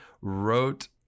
wrote